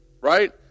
right